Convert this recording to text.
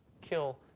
kill